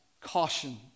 caution